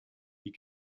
die